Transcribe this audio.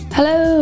Hello